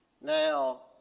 Now